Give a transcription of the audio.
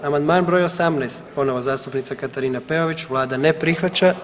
Amandman br. 18 ponovo zastupnica Katarina Peović, vlada ne prihvaća.